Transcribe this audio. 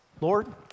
Lord